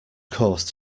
course